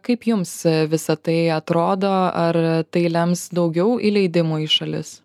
kaip jums visa tai atrodo ar tai lems daugiau įleidimo į šalis